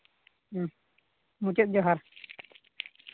ᱦᱮᱸ ᱢᱩᱪᱟᱹᱫ ᱡᱚᱦᱟᱨ